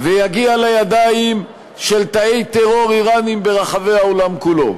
ויגיע לידיים של תאי טרור איראניים ברחבי העולם כולו.